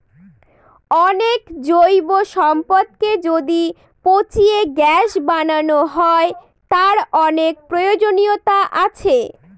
অনেক জৈব সম্পদকে যদি পচিয়ে গ্যাস বানানো হয়, তার অনেক প্রয়োজনীয়তা আছে